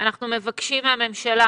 אנחנו מבקשים מהממשלה